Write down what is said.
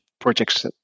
projects